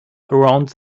around